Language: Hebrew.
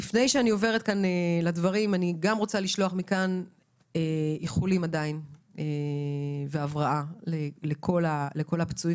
לפני שאני עוברת לדברים אני רוצה לשלוח איחולי הבראה לכל הפצועים